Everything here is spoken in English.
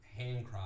handcrafted